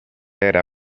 era